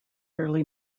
early